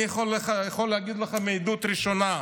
אני יכול להגיד לך מעדות ראשונה,